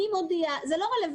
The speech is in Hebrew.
מי מודיע זה לא רלוונטי,